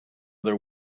other